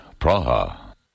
Praha